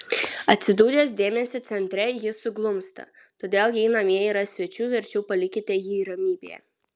atsidūręs dėmesio centre jis suglumsta todėl jei namie yra svečių verčiau palikite jį ramybėje